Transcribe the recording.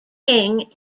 king